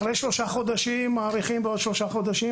אחרי שלושה חודשים מאריכים בעוד שלושה חודשים,